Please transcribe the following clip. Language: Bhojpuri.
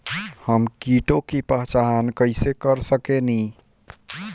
हम कीटों की पहचान कईसे कर सकेनी?